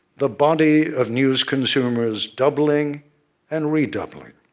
the body of news consumers doubling and redoubling.